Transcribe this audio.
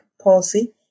palsy